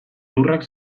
lurrak